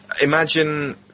Imagine